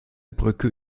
brücke